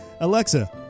Alexa